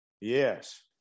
Yes